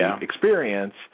experience